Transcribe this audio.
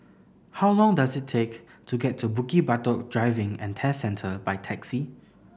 how long does it take to get to Bukit Batok Driving and Test Centre by taxi